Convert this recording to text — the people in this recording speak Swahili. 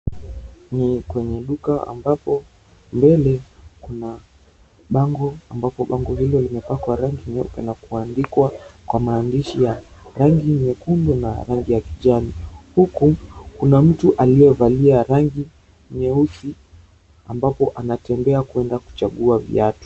Ni kwenye duka ambapo mbele kuna bango ambapo bango hilo limepakwa rangi nyeupe na kuandikwa maandishi ya rangi nyekundu na ya kijani huku, kuna mtu aliyevalia rangi nyeusi ambapo anatembea kwenda kuchaguwa viatu.